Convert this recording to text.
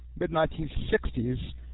mid-1960s